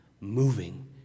moving